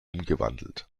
umgewandelt